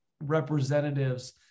representatives